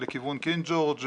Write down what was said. לכיוון קינג ג'ורג',